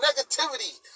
negativity